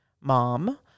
mom